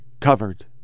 covered